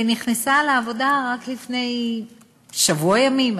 שנכנסה לעבודה רק לפני שבוע ימים,